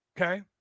Okay